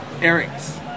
Eric's